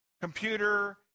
Computer